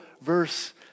verse